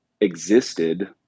existed